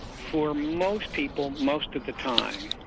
for most people most of the time,